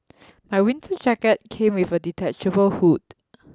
my winter jacket came with a detachable hood